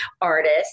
artist